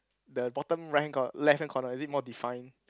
the bottom rank got left hand corner is it more define